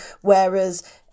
whereas